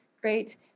Great